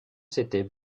s’était